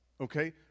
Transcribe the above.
Okay